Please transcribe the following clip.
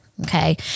Okay